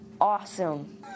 Awesome